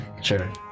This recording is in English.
sure